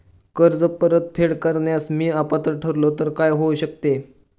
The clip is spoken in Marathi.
कर्ज परतफेड करण्यास मी अपात्र ठरलो तर काय होऊ शकते?